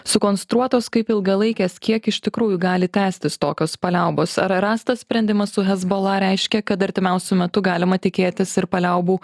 sukonstruotos kaip ilgalaikės kiek iš tikrųjų gali tęstis tokios paliaubos ar rastas sprendimas su hezbola reiškia kad artimiausiu metu galima tikėtis ir paliaubų